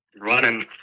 running